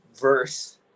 verse